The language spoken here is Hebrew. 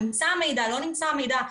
אם נמצא המידע או לא נמצא המידע.